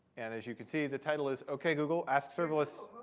and as you can see, the title is, ok google, ask serverless